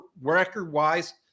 record-wise